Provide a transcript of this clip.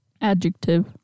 Adjective